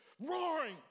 roaring